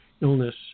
illness